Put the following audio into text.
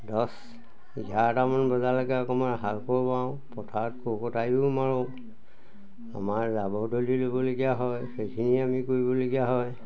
দহ এঘাৰটামান বজালৈকে অকণমান হাল কোঁৰ বাওঁ পথাৰত কোঁৰ কটাৰিও মাৰোঁ আমাৰ জাবৰদলি ল'বলগীয়া হয় সেইখিনি আমি কৰিবলগীয়া হয়